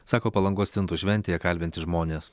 sako palangos stintų šventėje kalbinti žmonės